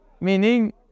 meaning